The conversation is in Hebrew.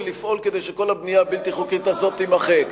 לפעול כדי שכל הבנייה הבלתי-חוקית הזאת תימחק.